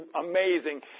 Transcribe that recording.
amazing